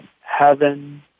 Heaven